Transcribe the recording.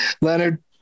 Leonard